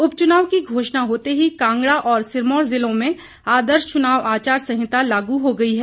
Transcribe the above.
उपचुनाव की घोषणा होते ही कांगड़ा और सिरमौर जिलों में आदर्श चुनाव आचार संहिता लागू हो गई है